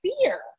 fear